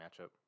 matchup